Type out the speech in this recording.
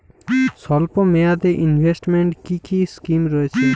স্বল্পমেয়াদে এ ইনভেস্টমেন্ট কি কী স্কীম রয়েছে?